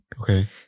Okay